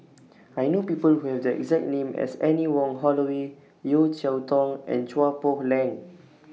I know People Who Have The exact name as Anne Wong Holloway Yeo Cheow Tong and Chua Poh Leng